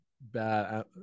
Bad